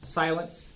silence